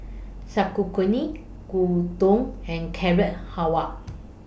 Sauerkraut Gyudon and Carrot Halwa